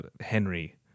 Henry